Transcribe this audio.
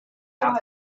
name